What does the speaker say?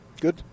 Good